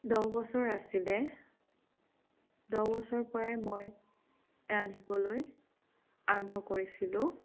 দহ বছৰ আছিলে দহ বছৰ পৰাই মই ৰান্ধিবলৈ আৰম্ভ কৰিছিলোঁ